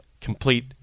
Complete